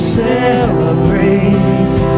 celebrates